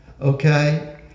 Okay